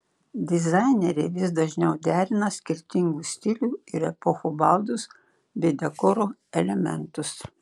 dizaineriai vis dažniau derina skirtingų stilių ir epochų baldus bei dekoro elementus